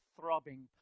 throbbing